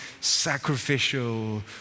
sacrificial